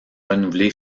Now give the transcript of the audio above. renouvelé